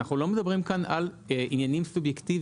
אנחנו לא מדברים כאן על עניינים סובייקטיביים,